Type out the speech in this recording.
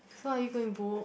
so are you going book